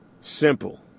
simple